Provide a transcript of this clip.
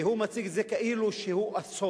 והוא מציג את זה כאילו זה אסון,